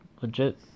legit